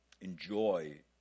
enjoy